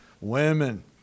Women